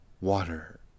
water